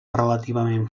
relativament